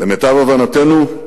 "למיטב הבנתנו,